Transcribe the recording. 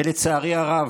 ולצערי הרב,